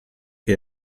che